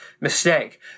Mistake